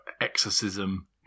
exorcism